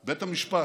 בית המשפט.